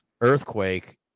earthquake